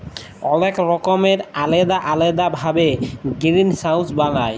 অলেক রকমের আলেদা আলেদা ভাবে গিরিলহাউজ বালায়